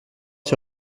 sur